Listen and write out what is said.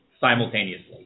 simultaneously